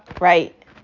right